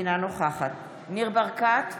אינה נוכחת ניר ברקת,